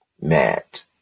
Matt